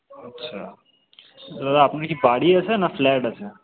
আচ্ছা দাদা আপনার কি বাড়ি আছে না ফ্ল্যাট আছে